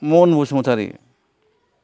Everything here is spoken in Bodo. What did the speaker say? मन बसुमतारी